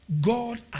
God